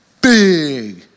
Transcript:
big